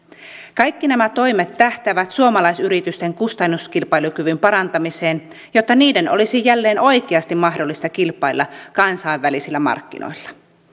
kaikki nämä toimet tähtäävät suomalaisyritysten kustannuskilpailukyvyn parantamiseen jotta niiden olisi jälleen oikeasti mahdollista kilpailla kansainvälisillä markkinoilla